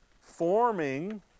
forming